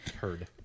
heard